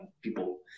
people